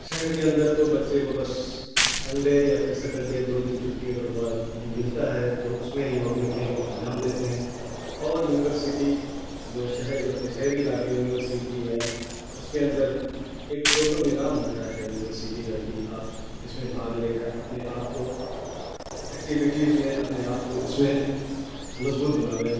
شہر کے اندر تو بچے کو بس سنڈے یا پھر سٹرڈے دو دن چھٹی اگر ہوا ہے ملتا ہے تو اس میں ہی وہ اپنے کھیل کو انجام دیتے ہیں اور یونیورسٹی جو شہری شہری علاقے میں یونیورسٹی ہے اس کے اندر ایک پروپر نظام ہوتا ہے یونیورسٹی کا کہ آپ اس میں بھاگ لے کر اپنے آپ کو ایکٹوٹیز میں اپنے آپ کو اس میں مضبوط بناویں